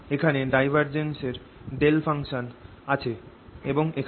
এখানে ডাইভারজেন্স এর ফাংশন এখানে আছে এবং এখানে